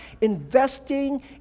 investing